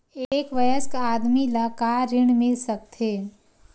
एक वयस्क आदमी ला का ऋण मिल सकथे?